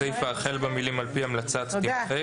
הסיפה החל במילים "על פי המלצת" - תימחק,